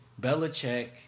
Belichick